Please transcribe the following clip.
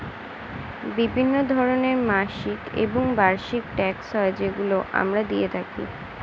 বিভিন্ন ধরনের মাসিক এবং বার্ষিক ট্যাক্স হয় যেগুলো আমরা দিয়ে থাকি